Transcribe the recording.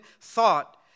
thought